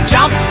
Jump